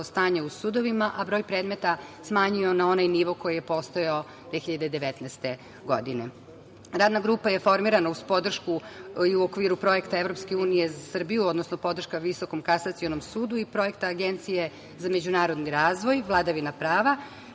stanje u sudovima, a broj predmeta smanjio na onaj nivo koji je postojao 2019. godine. Radna grupa je formirana uz podršku i u okviru Projekta EU „Za Srbiju“, odnosno podrška Visokom kasacionom sudu i Projekta Agencije za međunarodni razvoj, vladavina prava.